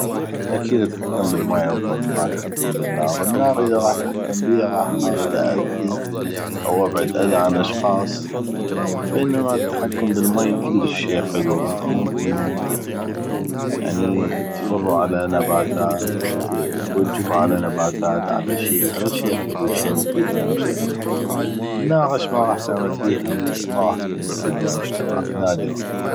اكيد اتحكم بالماي افضل من ما اتحكم بالناغ الناغ اذا اتحكم بيها غاح احاول ااذي أو ابعد اذى عن اشخاص بينما التحكم بالماي كلش شي حلو يعني ممكن تفرو على نباتات توجهو على نباتات على شي على شي حلو شي مفيد للمجتمع الناغ اش ما غاح تعمل بيها ما غاح تكون مفيدة للمجتمع الا بحالات نادره